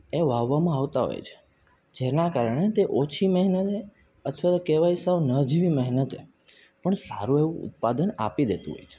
એ વાવવામાં આવતા હોય છે જેનાં કારણે તે ઓછી મહેનતે અથવા તો કહેવાય સાવ નજીવી મહેનતે પણ સારું એવું ઉત્પાદન આપી દેતું હોય છે